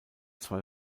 zwei